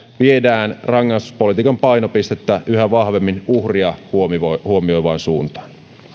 viedään rangaistuspolitiikan painopistettä yhä vahvemmin uhria huomioivaan huomioivaan suuntaan